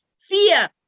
fear